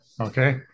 okay